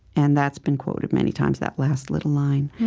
and that's been quoted many times, that last little line.